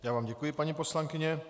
Já vám děkuji, paní poslankyně.